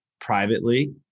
privately